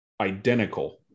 identical